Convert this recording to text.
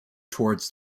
towards